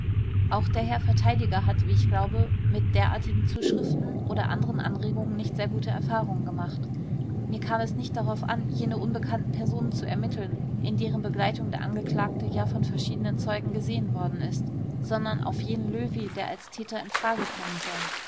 auch der herr verteidiger hat wie ich glaube mit derartigen zuschriften oder anderen anregungen nicht sehr gute erfahrungen gemacht mir kam es nicht darauf an jene unbekannten personen zu ermitteln in deren begleitung der angeklagte ja von verschiedenen zeugen gesehen worden ist sondern auf jenen löwy der als täter in frage kommen soll